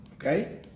Okay